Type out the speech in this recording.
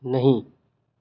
नहीं